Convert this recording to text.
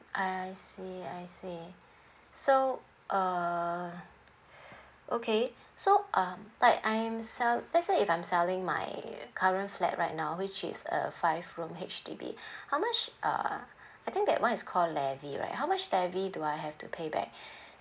I see I see so uh okay so um but I'm sell let's say if I'm selling my current flat right now which is a five room H_D_B how much uh I think that one is called levy right how much levy do I have to pay back